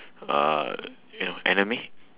uh you know anime